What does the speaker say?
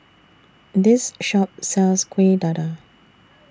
This Shop sells Kuih Dadar